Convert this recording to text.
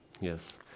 yes